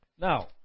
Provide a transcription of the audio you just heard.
now